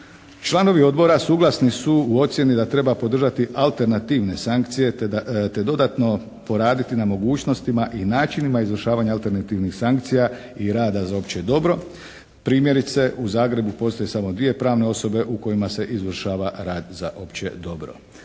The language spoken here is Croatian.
Članovi Odbora suglasni su u ocjeni da treba podržati alternativne sankcije te dodatno poraditi na mogućnostima i načinima izvršavanja alternativnih sankcija i rada za opće dobro. Primjerice u Zagrebu postoje samo dvije pravne osobe u kojima se izvršava rad za opće dobro.